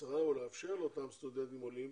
קצרה ולאפשר לאותם סטודנטים עולים